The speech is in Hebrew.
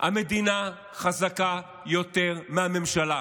המדינה חזקה יותר מהממשלה.